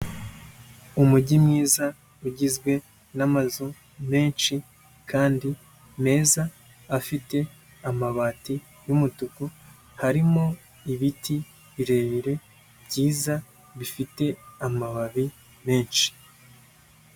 Umujyi mwiza ugizwe n'amazu menshi kandi meza afite amabati y'umutuku, harimo ibiti birebire, byiza, bifite amababi menshi.